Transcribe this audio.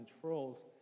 controls